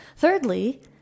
Thirdly